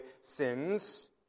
sins